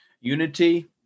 Unity